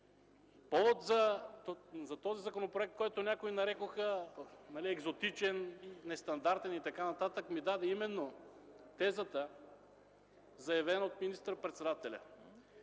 Повод за този законопроект, който някои нарекоха екзотичен, нестандартен и така нататък, ми даде именно тезата, заявена от министър-председателя